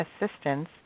Assistance